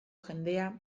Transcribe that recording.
jendea